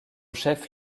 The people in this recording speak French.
chef